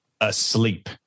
asleep